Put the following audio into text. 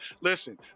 Listen